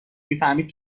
میفهمید